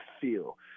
feel